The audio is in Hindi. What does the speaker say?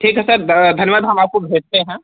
ठीक है सर धन्यवाद हम आपको भेजते हैं